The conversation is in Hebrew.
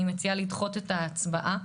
אני מציעה לדחות את ההצבעה.